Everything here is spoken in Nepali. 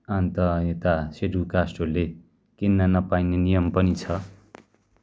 अन्त यता सेड्युल कास्टहरूले किन्न नपाइने नियम पनि छ